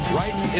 right